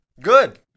Good